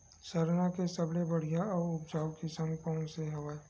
सरना के सबले बढ़िया आऊ उपजाऊ किसम कोन से हवय?